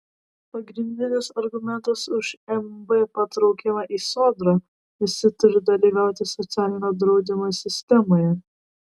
pagrindinis argumentas už mb patraukimą į sodrą visi turi dalyvauti socialinio draudimo sistemoje